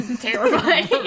terrifying